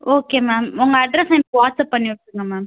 okay ma'am உங்கள் அட்ரெஸ்ஸ எனக்கு வாட்ஸ்அப் பண்ணிவிட்டுருங்க மேம்